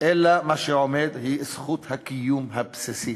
אלא מה שעומד הוא זכות הקיום הבסיסית,